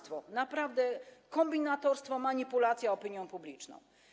To naprawdę jest kombinatorstwo, manipulacja opinią publiczną.